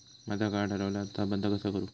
माझा कार्ड हरवला आता बंद कसा करू?